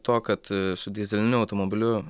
to kad su dyzeliniu automobiliu